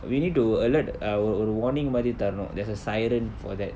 we need to alert err ஒரு ஒரு:oru oru warning மாரி தரனும்:mari tharanum there's a siren for that